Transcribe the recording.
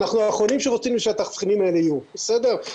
אנחנו אחרונים שרוצים שהתבחינים האלה יהיו, בסדר?